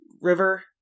river